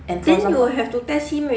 and for example